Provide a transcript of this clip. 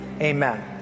Amen